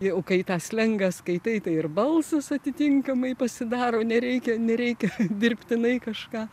jau kai tą slengą skaitai tai ir balsas atitinkamai pasidaro nereikia nereikia dirbtinai kažką